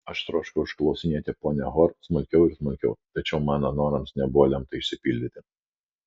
aš troškau išklausinėti ponią hor smulkiau ir smulkiau tačiau mano norams nebuvo lemta išsipildyti